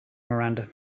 miranda